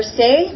say